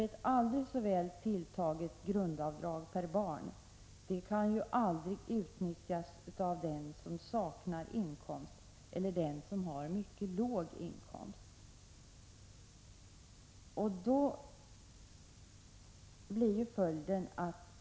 Ett aldrig så väl tilltaget grundavdrag per barn kan ju inte utnyttjas av den som saknar inkomst eller av den som har mycket låg inkomst.